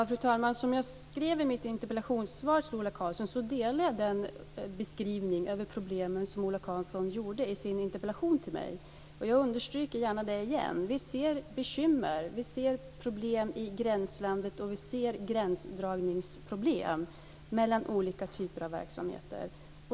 Fru talman! Som jag skrev i mitt interpellationssvar till Ola Karlsson delar jag den beskrivning av problemen som Ola Karlsson gav i sin interpellation till mig. Jag understryker gärna det igen. Vi ser bekymmer, vi ser problem i gränslandet, vi ser gränsdragninsproblem mellan olika typer av verksamheter.